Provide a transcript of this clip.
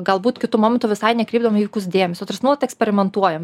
galbūt kitu momentu visai nekreipdom į vaikus dėmesio nuolat eksperimentuojam